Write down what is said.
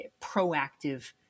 proactive